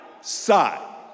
side